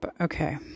okay